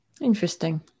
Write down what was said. Interesting